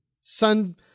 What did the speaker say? Sun